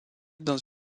dans